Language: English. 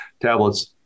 tablets